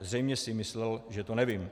Zřejmě si myslel, že to nevím.